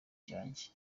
cyanjye